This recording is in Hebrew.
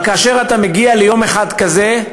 אבל כאשר אתה מגיע ליום אחד כזה,